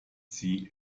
sie